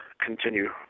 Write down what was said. continue